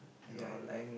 you know like